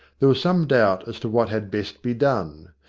there was some doubt as to what had best be done.